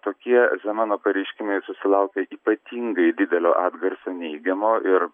tokie zemano pareiškimai susilaukė ypatingai didelio atgarsio neigiamo ir